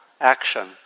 action